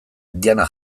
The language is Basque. diana